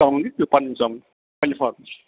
پَنٕنۍ ژامَن